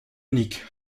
unique